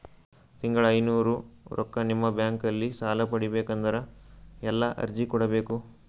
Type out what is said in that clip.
ತಿಂಗಳ ಐನೂರು ರೊಕ್ಕ ನಿಮ್ಮ ಬ್ಯಾಂಕ್ ಅಲ್ಲಿ ಸಾಲ ಪಡಿಬೇಕಂದರ ಎಲ್ಲ ಅರ್ಜಿ ಕೊಡಬೇಕು?